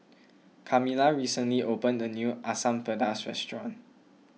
Kamilah recently opened a new Asam Pedas restaurant